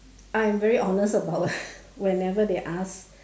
I'm very honest about whenever they asked